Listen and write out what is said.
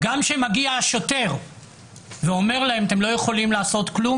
גם כשמגיע שוטר ואומר להם: אתם לא יכולים לעשות כלום,